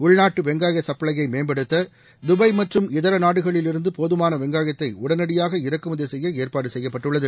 உள்நாட்டு வெங்காய சப்ளைய மேம்படுத்த துபாய் மற்றும் இதர நாடுகளில் இருந்து போதமான வெங்காயத்தை உடனடியாக இறக்குமதி செய்ய ஏற்பாடு செய்யப்பட்டுள்ளது